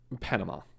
Panama